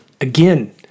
Again